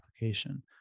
application